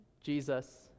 Jesus